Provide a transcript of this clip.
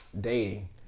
dating